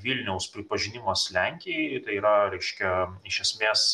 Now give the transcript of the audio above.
vilniaus pripažinimas lenkijai tai yra reiškia iš esmės